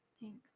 thanks